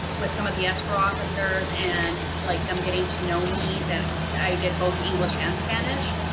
with some of the escrow officers and like them getting to know me that i did both english and spanish.